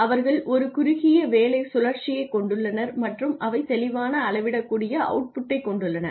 அவர்கள் ஒரு குறுகிய வேலை சுழற்சியைக் கொண்டுள்ளனர் மற்றும் அவை தெளிவான அளவிடக்கூடிய அவுட் புட்டைக் கொண்டுள்ளன